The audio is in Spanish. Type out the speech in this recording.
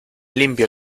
limpio